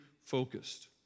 focused